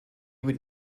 would